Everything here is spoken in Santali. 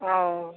ᱚᱻ